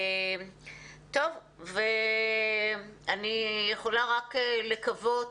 אני יכולה רק לקוות